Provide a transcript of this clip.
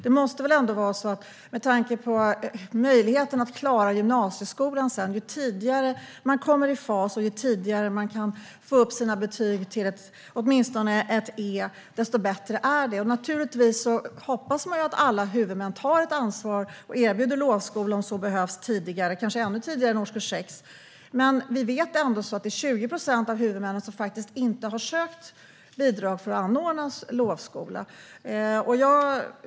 Med tanke på möjligheten att sedan klara gymnasieskolan måste det väl ändå vara så att ju tidigare som man kommer i fas och ju tidigare som man kan få upp sina betyg till åtminstone ett E, desto bättre är det. Naturligtvis hoppas man att alla huvudmän tar ett ansvar och erbjuder lovskola om så behövs tidigare, kanske ännu tidigare än årskurs 6. Men vi vet ändå att det är 20 procent av huvudmännen som faktiskt inte har sökt bidrag för att anordna lovskola.